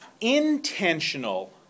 Intentional